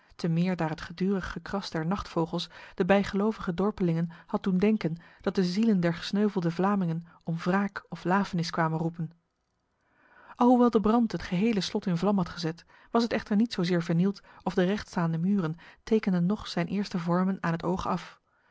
te meer daar het gedurig gekras der nachtvogels de bijgelovige dorpelingen had doen denken dat de zielen der gesneuvelde vlamingen om wraak of lafenis kwamen roepen alhoewel de brand het gehele slot in vlam had gezet was het echter niet zozeer vernield of de rechtstaande muren tekenden nog zijn eerste vormen aan het oog af